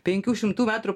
penkių šimtų metrų